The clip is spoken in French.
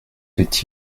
fait